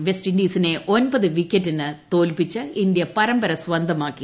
വിൻഡീസിനെ ഒമ്പത് വിക്കറ്റിന് തോൽപ്പിച്ച് ഇന്ത്യ പരമ്പര സ്വന്തമാക്കി